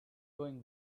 going